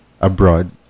Abroad